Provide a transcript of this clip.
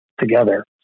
together